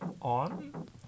on